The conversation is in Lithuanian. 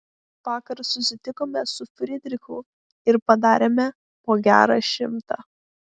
vakar susitikome su fridrichu ir padarėme po gerą šimtą